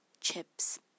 chips